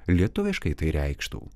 lietuviškai tai reikštų